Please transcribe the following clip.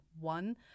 one